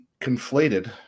conflated